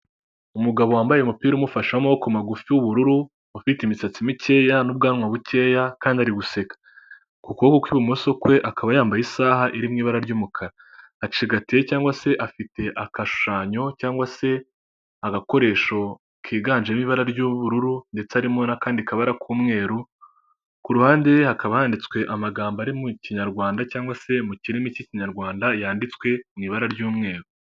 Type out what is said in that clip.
Umugabo wambaye umupira umufashe w'amoboko magufi w'ubururu, ufite imisatsi mikeya n'ubwanwa bukeya kandi ari guseka, ku kuboko kw'ibumoso kwe akaba yambaye isaha iri mu ibara ry'umukara. Acigatiye cyangwa se afite agashushanyo cyangwa se agakoresho kiganjemo ibara ry'ubururu ndetse arimo n'akandi kabara k'umweru, ku ruhande ye hakaba handitswe amagambo ari mu kinyarwanda cyangwa se mu kirimi cy'ikinyarwanda yanditswe mu ibara ry'umweru.